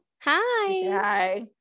Hi